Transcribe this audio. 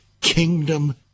kingdom